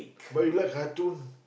but you like cartoon